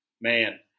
Man